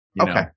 Okay